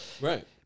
Right